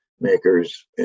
makers